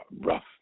rough